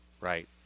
Right